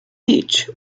beach